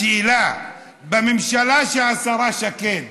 השאלה: בממשלה של השרה שקד,